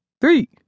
three